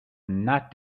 not